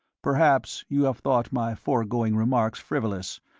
perhaps you have thought my foregoing remarks frivolous,